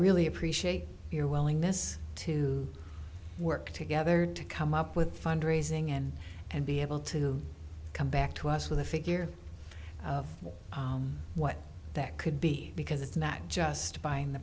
really appreciate your willingness to work together to come up with fundraising and and be able to come back to us with a figure of what that could be because it's not just buying the